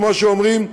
כמו שאומרים,